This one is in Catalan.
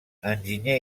enginyer